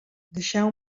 deixeu